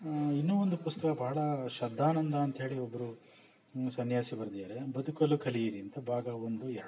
ಇನ್ನೂ ಒಂದು ಪುಸ್ತಕ ಭಾಳ ಶ್ರದ್ಧಾನಂದ ಅಂತ ಹೇಳಿ ಒಬ್ಬರು ಸನ್ಯಾಸಿ ಬರ್ದಿದ್ದಾರೆ ಬದುಕಲು ಕಲಿಯಿರಿ ಅಂತ ಭಾಗ ಒಂದು ಎರಡು